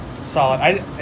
solid